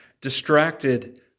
distracted